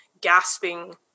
gasping